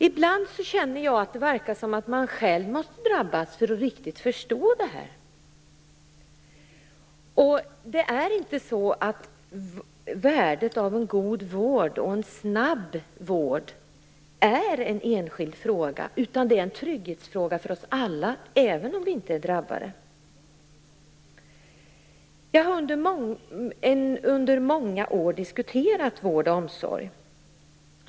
Ibland känner jag att det verkar som att man själv måste drabbas för att riktigt förstå det här. Det är inte så att värdet av en god vård och en snabb vård är en enskild fråga, utan det är en trygghetsfråga för oss alla, även om vi inte är drabbade. Jag har under många år diskuterat vård och omsorg.